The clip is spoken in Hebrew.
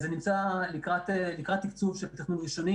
זה נמצא לקראת תקצוב של תוכנית ראשונית